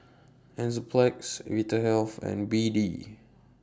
Enzyplex Vitahealth and B D